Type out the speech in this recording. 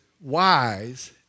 wise